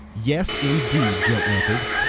yes, indeed, joe answered,